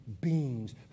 beings